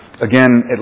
again